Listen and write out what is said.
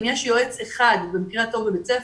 אם יש יועץ אחד בבית הספר,